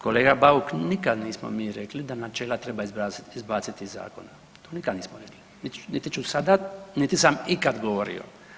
Kolega Bauk nikad nismo mi rekli da načela treba izbaciti iz zakona, nikad nismo rekli, niti ću sada, niti sam ikada govorio.